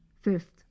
fifth